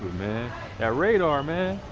man that radar, man.